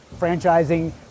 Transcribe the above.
franchising